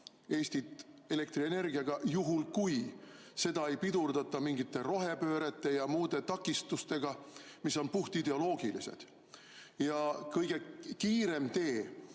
Eestit elektrienergiaga, juhul kui seda ei pidurdata mingite rohepöörete ja muude takistustega, mis on puhtideoloogilised. Kõige kiirem tee